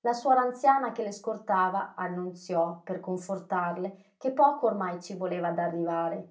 la suora anziana che le scortava annunziò per confortarle che poco ormai ci voleva ad arrivare